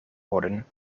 worden